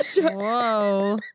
Whoa